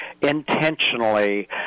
intentionally